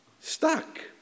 Stuck